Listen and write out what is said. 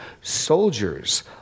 Soldiers